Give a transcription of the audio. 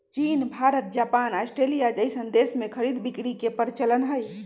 चीन Bharat Japan Australia जइसन देश में खरीद बिक्री के परचलन हई